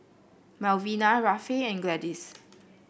Melvina Rafe and Gladys